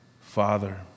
Father